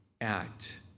act